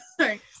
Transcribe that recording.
sorry